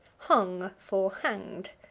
hung for hanged.